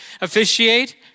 officiate